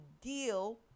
deal